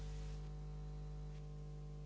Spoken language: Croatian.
Hvala vam